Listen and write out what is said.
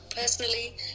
personally